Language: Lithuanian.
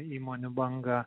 įmonių bangą